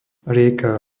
rieka